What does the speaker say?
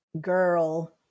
girl